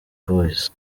boys